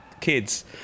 kids